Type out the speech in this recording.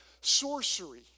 Sorcery